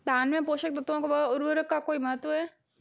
धान में पोषक तत्वों व उर्वरक का कोई महत्व है?